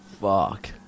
Fuck